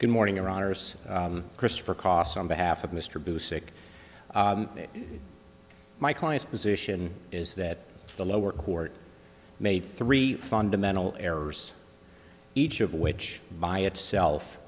good morning or honors christopher kos on behalf of mr boo sic my client's position is that the lower court made three fundamental errors each of which by itself